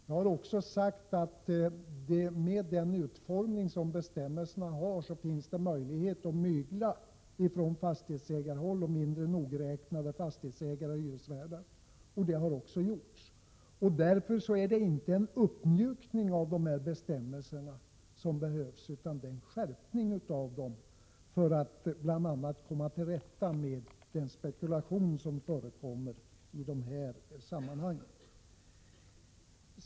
Jag har också sagt att med den utformning som bestämmelserna har finns det snarast måste återinföras. Vi har också pekat på förslaget att man överväga införande av en möjlighet till prisprövning i hyresnämnden. Ä möjlighet för mindre nogräknade fastighetsägare och hyresvärdar att mygla, och så har också skett. Därför är det inte en uppmjukning av bestämmelserna som behövs utan en skärpning av dem, för att bl.a. komma till rätta med den spekulation som förekommer i det sammanhanget.